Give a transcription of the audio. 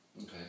Okay